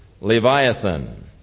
Leviathan